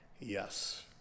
Yes